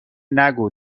نگو